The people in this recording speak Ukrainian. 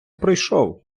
пройшов